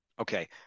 Okay